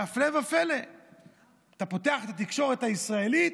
והפלא ופלא, אתה פותח את התקשורת הישראלית,